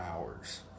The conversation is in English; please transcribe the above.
hours